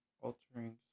altering